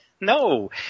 No